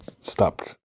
stopped